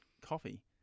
coffee